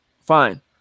fine